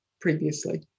previously